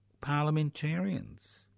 parliamentarians